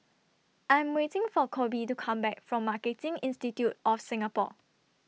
I'm waiting For Koby to Come Back from Marketing Institute of Singapore